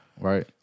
right